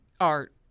art